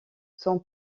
son